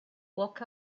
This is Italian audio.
walk